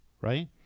right